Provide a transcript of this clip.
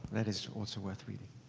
that is also worth reading.